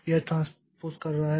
यह ट्रांसपोज़ कर रहा है